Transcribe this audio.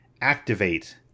activate